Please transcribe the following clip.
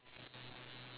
oh so